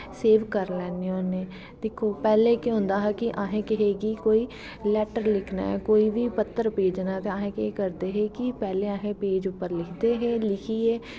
सेब करी लैन्नें होनें ते दिक्को पैह्लें केह् होंदा हा कि असें किसे गी कोई लैट्टर लिखना ऐ जां पत्तर भेजनां ऐ ते अस केह् करदे हे कि पैह्लें अस पेज़ पर लिखदे हे लिखियै